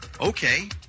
Okay